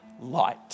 Light